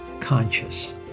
conscious